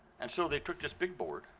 and so they put this big board,